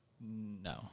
No